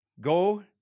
go